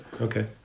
Okay